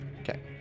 Okay